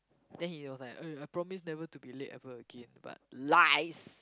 then he was like eh I promise never to be late ever again but lies